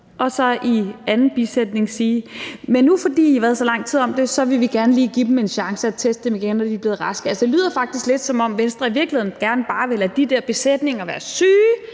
og så i næste sætning at sige: Men fordi I har været så lang tid om det, vil vi gerne lige give dem en chance og teste dem igen, når de er blevet raske. Altså, det lyder faktisk lidt, som om Venstre i virkeligheden bare gerne vil lade de der besætninger være syge